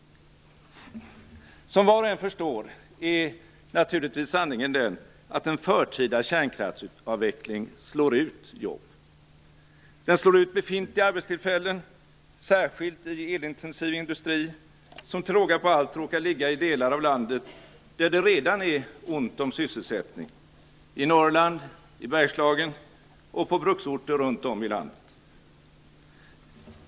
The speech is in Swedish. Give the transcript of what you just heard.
Som var och en förstår är sanningen naturligtvis den att en förtida kärnkraftsavveckling slår ut jobb. Den slår ut befintliga arbetstillfällen, särskilt i elintensiv industri, som till råga på allt råkar ligga i delar av landet där det redan är ont om sysselsättning - i Norrland, i Bergslagen och på bruksorter runt om i landet.